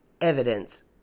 evidence